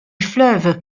fleuve